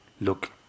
look